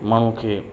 माण्हूअ खे